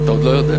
אתה עוד לא יודע.